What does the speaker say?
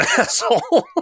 asshole